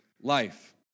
life